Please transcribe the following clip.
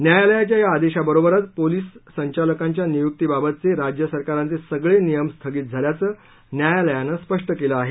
न्यायालयाच्या या आदेशाबरोबरच पोलिस संचालकांच्या नियुक्तीबाबतचे राज्य सरकारांचे सगळे नियम स्थगित झाल्याचं न्यायालयानं रूपष्ट केलं आहे